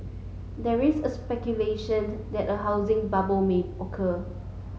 there is speculation that a housing bubble may occur